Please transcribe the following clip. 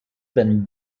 been